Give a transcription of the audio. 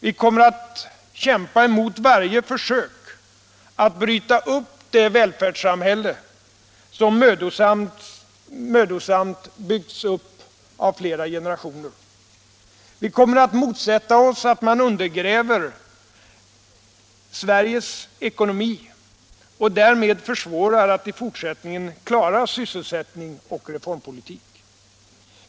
Vi kommer att kämpa mot varje försök att bryta sönder det välfärdssamhälle som mödosamt byggts upp av flera generationer. Vi kommer att motsätta oss att man undergräver Sveriges ekonomi och därmed försvårar att i fortsättningen klara sysselsättning och reformpolitik.